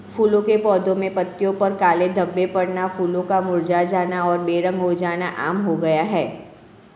फूलों के पौधे में पत्तियों पर काले धब्बे पड़ना, फूलों का मुरझा जाना और बेरंग हो जाना आम हो गया है